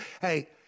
hey